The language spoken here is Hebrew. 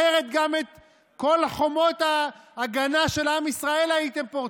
אחרת גם את כל חומות ההגנה של עם ישראל הייתם פורצים.